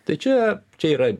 tai čia čia yra